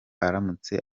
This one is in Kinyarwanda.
aramutse